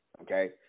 Okay